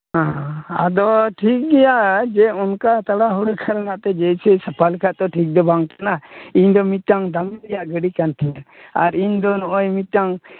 ᱦᱮᱸ ᱟᱫᱚ ᱴᱷᱤᱠ ᱜᱮᱭᱟ ᱡᱮ ᱚᱱᱠᱟ ᱛᱟᱲᱟ ᱦᱩᱲᱟᱹ ᱠᱷᱟᱱ ᱢᱟᱛᱚ ᱡᱮᱥᱮ ᱥᱟᱯᱷᱟ ᱞᱮᱠᱷᱟᱱ ᱢᱟᱜ ᱛᱚ ᱴᱷᱤᱠ ᱫᱚ ᱵᱟᱝ ᱠᱟᱱᱟ ᱤᱧ ᱫᱚ ᱢᱤᱫᱴᱟᱝ ᱫᱟᱹᱢᱤ ᱨᱮᱭᱟᱜ ᱜᱟᱹᱰᱤ ᱠᱟᱱ ᱛᱤᱧᱟᱹ ᱟᱨ ᱤᱧ ᱫᱚ ᱱᱚᱜᱼᱚᱭ ᱢᱤᱫᱴᱟᱝ